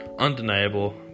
Undeniable